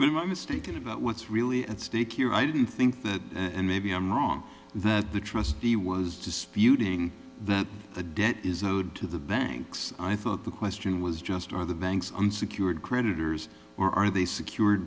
limit mistaken about what's really at stake here i didn't think that and maybe i'm wrong that the trustee was disputing that the debt is owed to the banks i thought the question was just are the banks unsecured creditors or are they secured